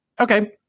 okay